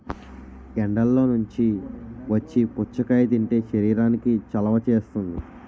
ఎండల్లో నుంచి వచ్చి పుచ్చకాయ తింటే శరీరానికి చలవ చేస్తుంది